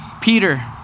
Peter